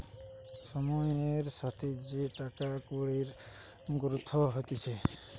সময়ের সাথে যে টাকা কুড়ির গ্রোথ হতিছে